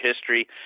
history